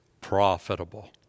profitable